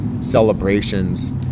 celebrations